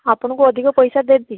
ଆପଣଙ୍କୁ ଅଧିକ ପଇସା ଦେବି